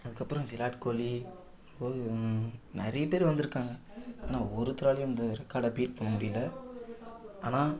அதுக்கப்புறம் விராட் கோலி ரோஹி நிறைய பேர் வந்துருக்காங்க ஆனால் ஒருத்தராலையும் இந்த ரெக்காடைபீட் பண்ண முடியல ஆனால்